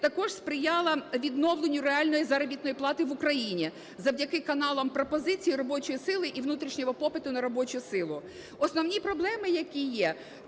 також сприяла відновленню реальної заробітної плати в Україні завдяки каналам пропозиції робочої сили і внутрішнього попиту на робочу силу. Основні проблеми, які є,